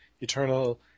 eternal